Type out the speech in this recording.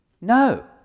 No